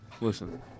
Listen